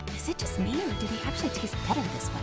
is it just me, or do they actually taste better this